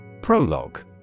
Prologue